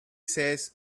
says